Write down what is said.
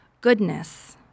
goodness